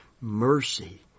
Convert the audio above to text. Mercy